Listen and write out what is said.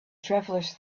travelers